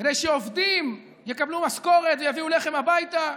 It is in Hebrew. כדי שעובדים יקבלו משכורת ויביאו לחם הביתה,